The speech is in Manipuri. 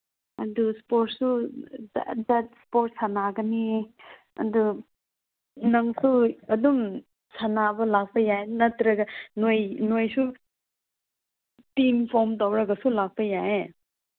ꯑꯗꯨ ꯏꯁꯄꯣꯔꯠꯁꯁꯨ ꯗꯠꯁ ꯏꯁꯄꯣꯔꯠꯁ ꯁꯥꯟꯅꯒꯅꯤ ꯑꯗꯨ ꯅꯪꯁꯨ ꯑꯗꯨꯝ ꯁꯥꯟꯅꯕ ꯂꯥꯛꯄ ꯌꯥꯏ ꯅꯠꯇ꯭ꯔꯒ ꯅꯣꯏ ꯅꯣꯏꯁꯨ ꯇꯤꯝ ꯐꯣꯝ ꯇꯧꯔꯒꯁꯨ ꯂꯥꯛꯄ ꯌꯥꯏꯌꯦ